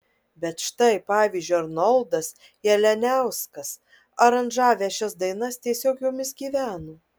bet štai pavyzdžiui arnoldas jalianiauskas aranžavęs šias dainas tiesiog jomis gyveno